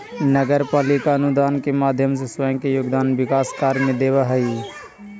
नगर पालिका अनुदान के माध्यम से स्वयं के योगदान विकास कार्य में देवऽ हई